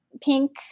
pink